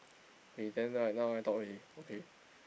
K then right now I talk already okay